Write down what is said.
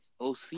OC